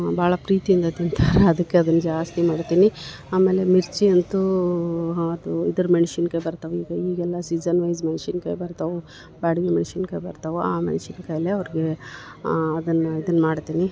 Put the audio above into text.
ಭಾಳ ಪ್ರೀತಿಯಿಂದ ತಿಂತಾರ ಅದಕ್ಕೆ ಅದನ್ನ ಜಾಸ್ತಿ ಮಾಡ್ತೀನಿ ಆಮೇಲೆ ಮಿರ್ಚಿ ಅಂತೂ ಅದು ಇದರ ಮೆಣ್ಶಿನ್ಕಾಯಿ ಬರ್ತವು ಈಗ ಈಗೆಲ್ಲ ಸೀಝನ್ ವೈಝ್ ಮೆಣ್ಶಿನ್ಕಾಯಿ ಬರ್ತವು ಬಾಡ್ಗಿ ಮೆಣ್ಶಿನ್ಕಾಯಿ ಬರ್ತವು ಆ ಮೆಣ್ಶಿನ್ಕಾಯಲ್ಲೆ ಅವ್ರ್ಗೆ ಅದನ್ನ ಇದನ್ನ ಮಾಡ್ತೀನಿ